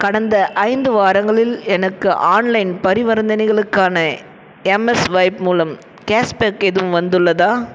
கடந்த ஐந்து வாரங்களில் எனக்கு ஆன்லைன் பரிவர்த்தனைகளுக்காக எம்ஸ்வைப் மூலம் கேஸ்பேக் எதுவும் வந்துள்ளதா